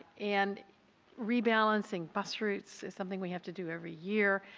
and rebalancing bus routes is something we have to do every year.